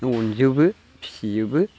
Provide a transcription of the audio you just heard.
अनजोबो फिजोबो